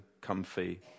comfy